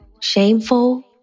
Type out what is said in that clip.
Shameful